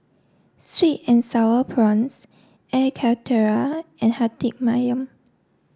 sweet and sour prawns Air Karthira and Hati Ayam